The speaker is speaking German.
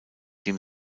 dem